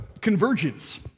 convergence